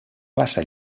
plaça